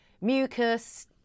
mucus